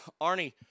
Arnie